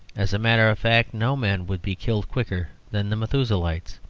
as a matter of fact, no men would be killed quicker than the methuselahites.